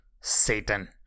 satan